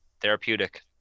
therapeutic